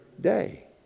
day